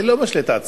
אני לא משלה את עצמי,